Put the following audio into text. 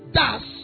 Thus